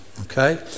okay